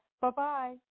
Bye-bye